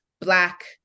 black